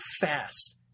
fast